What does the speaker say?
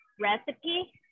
recipe